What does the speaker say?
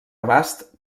abast